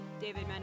david